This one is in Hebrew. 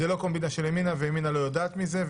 זאת לא קומבינה של ימינה, וימינה לא יודעת מזה.